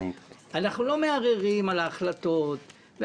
אנחנו לא מערערים על ההחלטות,